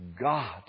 God